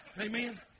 Amen